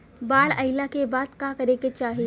बाढ़ आइला के बाद का करे के चाही?